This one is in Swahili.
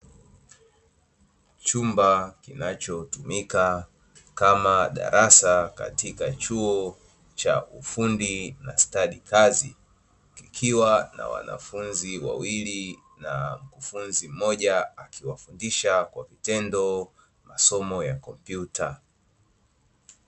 Chumba kinachotumika kama darasa katika chuo cha ufundi na stadi kazi. Kikiwa na wanafunzi wawili na mkufunzi mmoja akiwafundisha kwa vitendo masomo ya kompyuta.